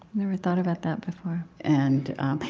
never thought about that before and,